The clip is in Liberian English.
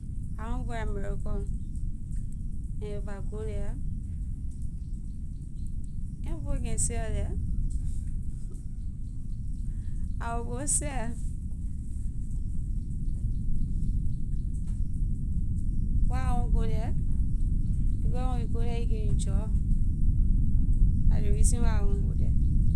I want go america and if I go the people can sell the I will go sell why I want go the because when you go the you can enjoy la ley reason why I want go the.